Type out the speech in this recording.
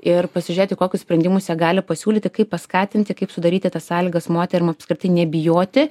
ir pasižiūrėti kokius sprendimus jie gali pasiūlyti kaip paskatinti kaip sudaryti tas sąlygas moterim apskritai nebijoti